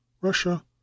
russia